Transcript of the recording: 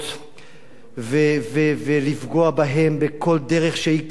ולפגוע בהם בכל דרך שהיא, כדי שלא יתפרנסו,